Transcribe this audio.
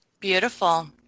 Beautiful